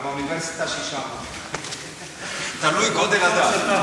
אבל האוניברסיטה, שישה עמודים, תלוי בגודל הדף.